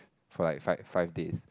for like five five days